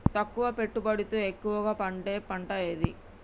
తక్కువ పెట్టుబడితో ఎక్కువగా పండే పంట ఏది?